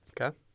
Okay